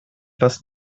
was